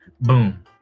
boom